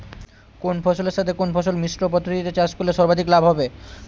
কোন ফসলের সাথে কোন ফসল মিশ্র পদ্ধতিতে চাষ করলে সর্বাধিক লাভ হবে?